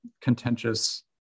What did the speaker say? contentious